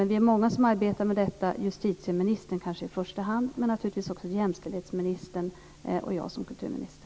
Vi är många som arbetar med detta, kanske i första hand justitieministern men naturligtvis också jämställdhetsministern och jag som kulturminister.